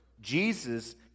Jesus